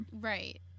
Right